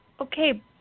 okay